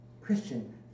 Christian